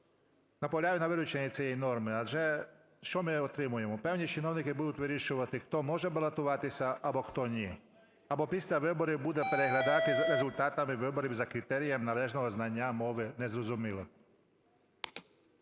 Наполягаю на вилученні цієї норми, адже що ми отримуємо? Певні чиновники будуть вирішувати, хто може балотуватися або хто ні. Або після виборів буде переглядати результати виборів за критерієм належного знання мови. Не зрозуміло.